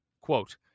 Quote